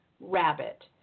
Rabbit